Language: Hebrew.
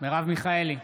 מרב מיכאלי,